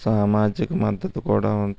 సామాజిక మద్దతు కూడా